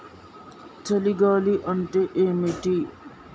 చలి గాలి అంటే ఏమిటి?